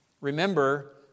remember